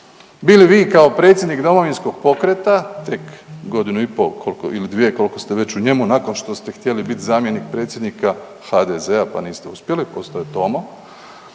Bi li vi kao predsjednik Domovinskog pokreta tek godinu i pol ili dvije koliko ste već u njemu nakon što ste htjeli biti zamjenik predsjednik HDZ-a pa niste uspjeli, postao je Tomo,